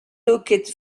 looked